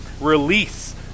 release